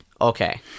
Okay